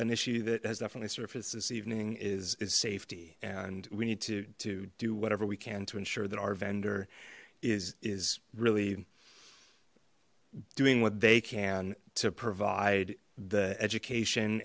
that has definitely surfaced this evening is is safety and we need to do whatever we can to ensure that our vendor is is really doing what they can to provide the education